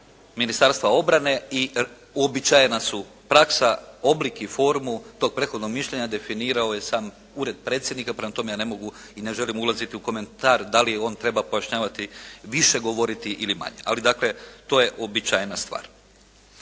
Ministarstva obrane i uobičajena su praksa oblik i formu tog prethodnog mišljenja definirao je sam Ured predsjednika, prema tome ja ne mogu i ne želim ulaziti u komentar da li on treba pojašnjavati, više govoriti ili manje, ali dakle to je uobičajena stvar.